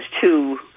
two